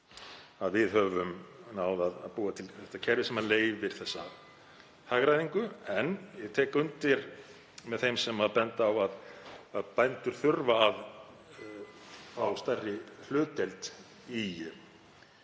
að við höfum náð að búa til þetta kerfi sem leyfir hagræðingu. En ég tek undir með þeim sem benda á að bændur þurfa að fá stærri hlutdeild í